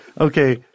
Okay